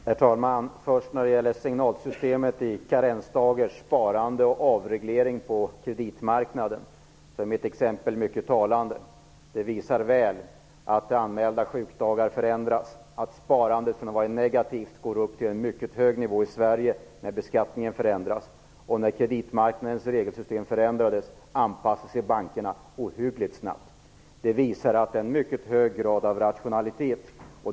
Herr talman! När det gäller karensdagar, sparande och avreglering på kreditmarknaden är mitt exempel mycket talande. Det visar att antalet anmälda sjukdagar förändras och att sparande från att ha varit negativt går upp till mycket hög nivå när beskattningen förändras. När kreditmarknadens regelsystem förändrades anpassade sig bankerna mycket snabbt. Det visar en mycket hög grad av rationalitet.